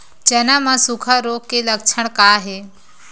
चना म सुखा रोग के लक्षण का हे?